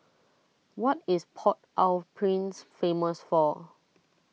what is Port Au Prince famous for